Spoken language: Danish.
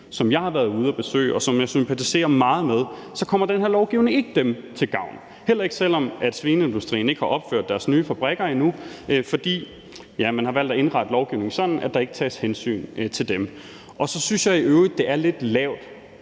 som jeg har været ude at besøge, og som jeg sympatiserer meget med, kommer den her lovgivning ikke til gavn, heller ikke selv om svineindustrien ikke har opført deres nye fabrikker endnu. For man har valgt at indrette lovgivningen sådan, at der ikke tages hensyn til dem. Så synes jeg i øvrigt, det er lidt lavt,